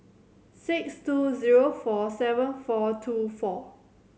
six two zero four seven four two four